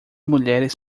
mulheres